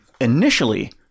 initially